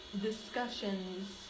discussions